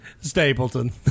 Stapleton